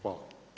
Hvala.